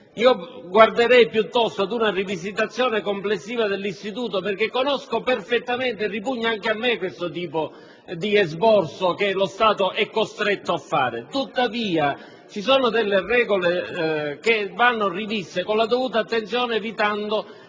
Guarderei piuttosto ad una rivisitazione complessiva dell'istituto, perché conosco perfettamente e ripugna anche a me questo tipo di esborso che lo Stato è costretto a fare. Tuttavia, ci sono delle regole che vanno riviste con la dovuta attenzione, evitando